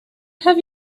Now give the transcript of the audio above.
have